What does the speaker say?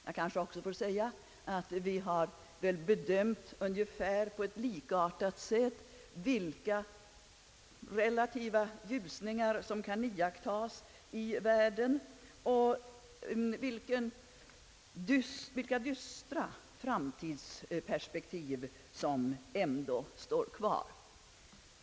Jag kanske också får säga, att vi på ett likartat sätt har bedömt vilka relativa ljusningar som kan iakttas i världen och vilka de dystra framtidsperspektiv är som ändå kvarstår.